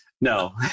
No